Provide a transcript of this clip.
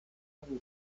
hungry